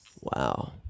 Wow